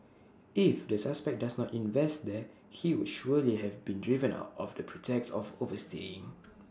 if the suspect does not invest there he would surely have been driven out of the pretext of overstaying